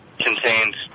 contained